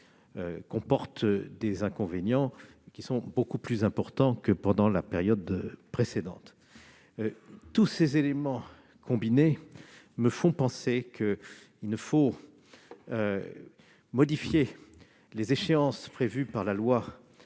comporte des inconvénients beaucoup plus importants que pendant la période précédente. Tous ces éléments combinés me font penser qu'il ne faut modifier les échéances prévues dans la loi